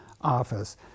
office